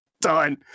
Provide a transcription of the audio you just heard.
Done